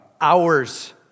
Hours